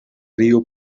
río